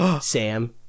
Sam